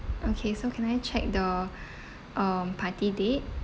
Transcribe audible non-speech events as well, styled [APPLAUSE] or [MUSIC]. okay so can I check the [BREATH] um party date